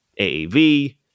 AAV